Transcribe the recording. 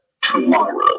Tomorrow